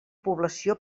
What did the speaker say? població